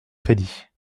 crédit